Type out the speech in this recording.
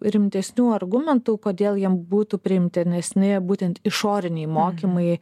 rimtesnių argumentų kodėl jiem būtų priimtinesni būtent išoriniai mokymai